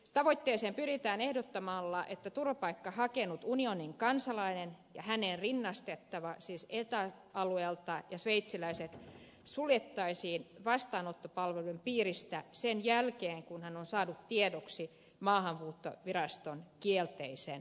tavoitteeseen pyritään ehdottamalla että turvapaikkaa hakenut unionin kansalainen ja häneen rinnastettava siis eta alueelta tulevat ja sveitsiläiset suljettaisiin vastaanottopalveluiden piiristä sen jälkeen kun hän on saanut tiedoksi maahanmuuttoviraston kielteisen päätöksen